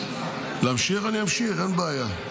להמשיך אני אמשיך, אין בעיה.